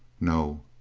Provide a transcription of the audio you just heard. no.